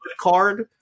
card